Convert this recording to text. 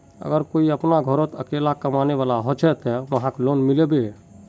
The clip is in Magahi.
अगर कोई अपना घोरोत अकेला कमाने वाला होचे ते वहाक लोन मिलबे?